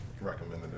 recommended